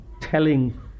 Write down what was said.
telling